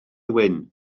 wyn